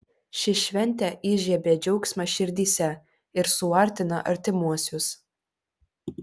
ši šventė įžiebia džiaugsmą širdyse ir suartina artimuosius